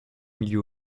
milieu